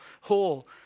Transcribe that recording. whole